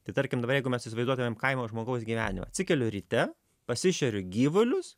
tai tarkim dabar jeigu mes įsivaizduotumėm kaimo žmogaus gyvenimą atsikeliu ryte pasišeriu gyvulius